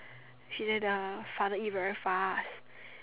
she say the father eat very fast